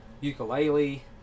ukulele